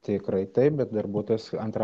tikrai taip bet darbuotojas antrą